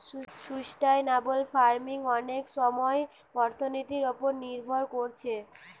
sustainable farming অনেক সময় অর্থনীতির উপর নির্ভর কোরছে